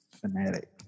Fanatic